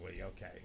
Okay